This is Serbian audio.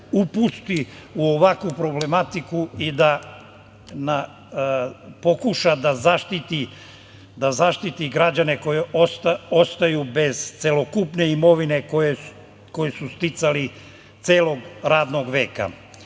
upusti u ovakvu problematiku i da pokuša da zaštiti građane koji ostaju bez celokupne imovine koju su sticali celog radnog